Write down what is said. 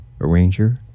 arranger